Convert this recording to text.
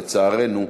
לצערנו,